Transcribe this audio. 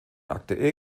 akte